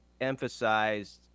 emphasized